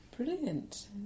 Brilliant